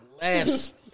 last